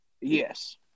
Yes